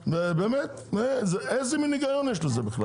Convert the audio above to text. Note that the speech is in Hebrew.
באמת, איזה מין היגיון יש לזה בכלל?